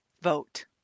Vote